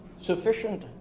sufficient